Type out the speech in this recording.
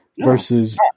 versus